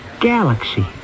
Galaxy